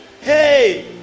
Hey